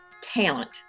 Talent